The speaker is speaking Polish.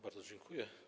Bardzo dziękuję.